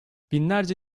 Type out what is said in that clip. binlerce